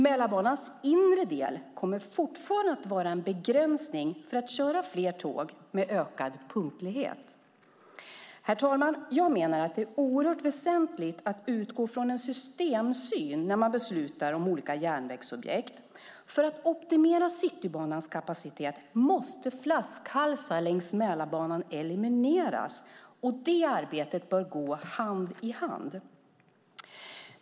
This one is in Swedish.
Mälarbanans inre del kommer fortfarande att vara en begränsning för att köra fler tåg med ökad punktlighet. Herr talman! Jag menar att det är oerhört väsentligt att utgå från en systemsyn när man beslutar om olika järnvägsobjekt. För att optimera Citybanans kapacitet måste flaskhalsar längs Mälarbanan elimineras, och det arbetet bör gå hand i hand med detta.